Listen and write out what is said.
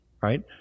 right